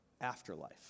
afterlife